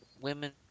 women